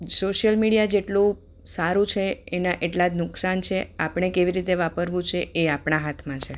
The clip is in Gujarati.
સોસિયલ મીડિયા જેટલું સારું છે એના એટલા જ નુકસાન છે આપણે કેવી રીતે વાપરવું છે એ આપણા હાથમાં છે